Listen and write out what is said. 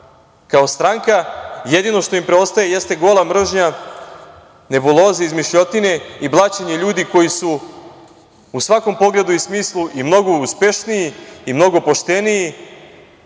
kao stranka, jedino što im preostaje jeste gola mržnja, nebuloze, izmišljotine i blaćenje ljudi koji su u svakom pogledu i smislu mnogo uspešniji, mnogo pošteni i